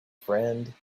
friend